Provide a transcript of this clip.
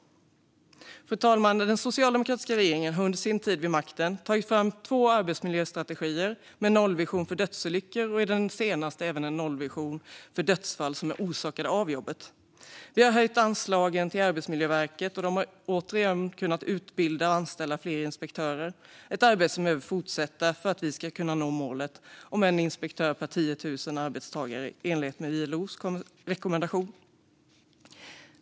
Fru talman! Den socialdemokratiska regeringen har under sin tid vid makten tagit fram två arbetsmiljöstrategier med nollvision för dödsolyckor och i den senaste även en nollvision för dödsfall som är orsakade av jobbet. Vi har höjt anslagen till Arbetsmiljöverket, och man har återigen kunnat utbilda och anställa fler inspektörer - ett arbete som behöver fortsätta för att vi ska kunna nå målet om en inspektör per 10 000 arbetstagare i enlighet med ILO:s rekommendation.